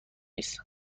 است